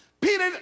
Peter